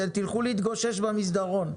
אתם תלכו להתגושש במסדרון.